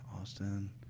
Austin